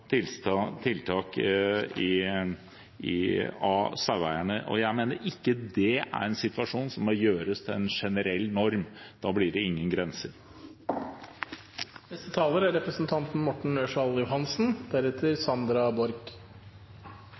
tiltak overfor saueeierne. Jeg mener det er en situasjon som ikke må gjøres til en generell norm. Da blir det ingen grenser. Fremskrittspartiet er en del av et forlik om rovvilt. Vi er